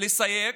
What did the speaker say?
לסייג